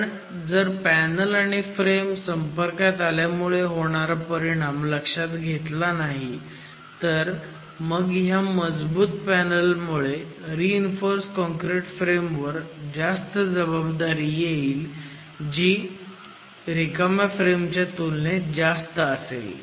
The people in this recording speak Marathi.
पण जर पॅनल आणि फ्रेम संपर्कात आल्यामुळे होणारा परिणाम लक्षात घेतला नाही तर मग ह्या मजबूत पॅनलमुळे रीइन्फोर्स काँक्रिट फ्रेमवर जास्त जबाबदारी येईल जी रिकाम्या फ्रेमच्या तुलनेत जास्त असेल